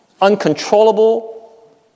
Uncontrollable